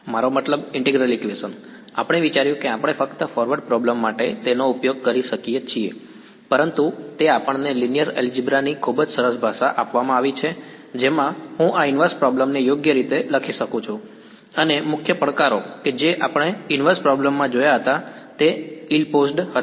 મારો મતલબ integral equation આપણે વિચાર્યું કે આપણે ફક્ત ફોરવર્ડ પ્રોમ્લેમ માટે તેનો ઉપયોગ કરી શકીએ છીએ પરંતુ તે આપણને લિનિયર એલ્જિબ્રા ની ખૂબ જ સરસ ભાષા આપવામાં આવી છે જેમાં હું આ ઇનવર્સ પ્રોબ્લેમ ને યોગ્ય રીતે લખી શકું છું અને મુખ્ય પડકારો જે આપણે ઇનવર્સ પ્રોબ્લેમ માં જોયા હતા તે ઇલ પોઝડ હતા